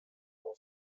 form